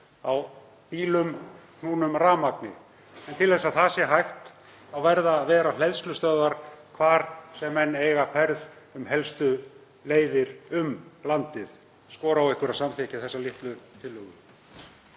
á bílum knúnum rafmagni. En til að það sé hægt verða að vera hleðslustöðvar hvar sem menn eiga ferð um helstu leiðir um landið. Ég skora á ykkur að samþykkja þessa litlu tillögu.